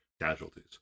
casualties